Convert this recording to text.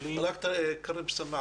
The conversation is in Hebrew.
האחוזים.